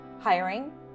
hiring